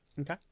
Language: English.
Okay